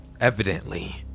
evidently